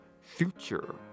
future